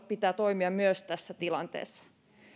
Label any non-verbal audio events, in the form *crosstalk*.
*unintelligible* pitää toimia myös tässä tilanteessa